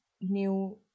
new